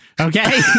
Okay